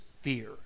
fear